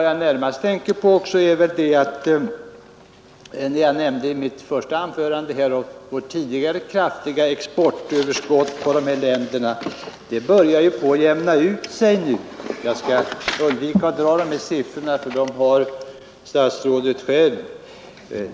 Jag nämnde i mitt första anförande vårt tidigare kraftiga exportöverskott på dessa länder. Detta börjar nu jämna ut sig. Jag skall undvika att dra siffrorna, för dem har statsrådet själv.